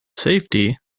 safety